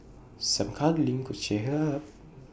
some cuddling could cheer her up